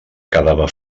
quedava